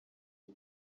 ubu